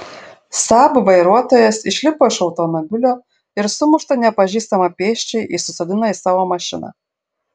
saab vairuotojas išlipo iš automobilio ir sumuštą nepažįstamą pėsčiąjį įsisodino į savo mašiną